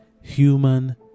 human